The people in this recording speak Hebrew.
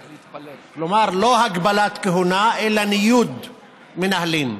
כלומר, לא הגבלת כהונה אלא ניוד מנהלים.